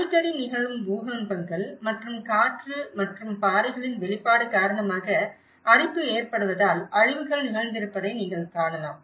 அடிக்கடி நிகழும் பூகம்பங்கள் மற்றும் காற்று மற்றும் பாறைகளின் வெளிப்பாடு காரணமாக அரிப்பு ஏற்படுவதால் அழிவுகள் நிகழ்ந்திருப்பதை நீங்கள் காணலாம்